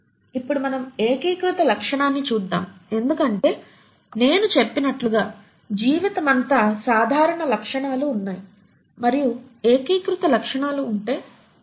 ఇప్పుడు మనం ఏకీకృత లక్షణాన్ని చూద్దాం ఎందుకంటే నేను చెప్పినట్లుగా జీవితమంతా సాధారణ లక్షణాలు ఉన్నాయి మరియు ఏకీకృత లక్షణాలు అంటే ఏమిటి